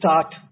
start